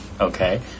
Okay